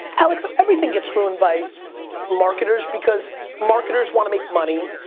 alex everything gets ruined by marketers because marketers want to make money.